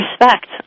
respect